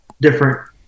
different